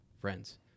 friends